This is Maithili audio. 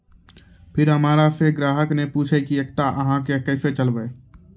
फिर हमारा से ग्राहक ने पुछेब की एकता अहाँ के केसे चलबै?